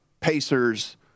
Pacers